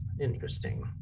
interesting